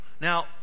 Now